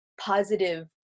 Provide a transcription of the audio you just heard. positive